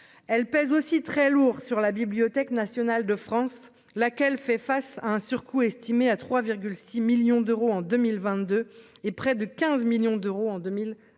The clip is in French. elle pèse aussi très lourd sur la Bibliothèque nationale de France, laquelle fait face à un surcoût estimé à 3 6 millions d'euros en 2000 22 et près de 15 millions d'euros en 2023,